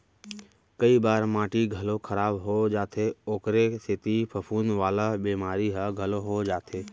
कई बार माटी घलौ खराब हो जाथे ओकरे सेती फफूंद वाला बेमारी ह घलौ हो जाथे